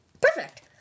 Perfect